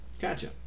Gotcha